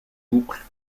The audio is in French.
boucles